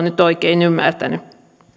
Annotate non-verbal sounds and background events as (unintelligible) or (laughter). (unintelligible) nyt oikein ymmärtänyt